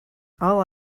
all